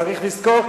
צריך לזכור,